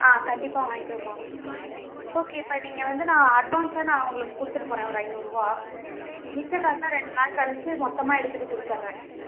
ஆ கண்டிப்பாக வாங்கிக்கிறோம்மா ஓகே இப்போ நீங்கள் வந்து நான் அட்வான்ஸாக நான் உங்களுக்கு கொடுத்துட்டு போறேன் ஒரு ஐநூறுவா மிச்ச காசை ரெண்டு நாள் கழிச்சு மொத்தமாக எடுத்துகிட்டு கொடுத்தட்றன்